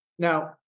Now